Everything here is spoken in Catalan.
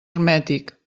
hermètic